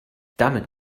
damit